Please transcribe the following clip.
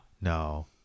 no